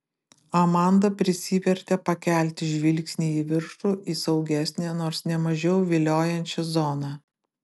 amanda prisivertė pakelti žvilgsnį į viršų į saugesnę nors ne mažiau viliojančią zoną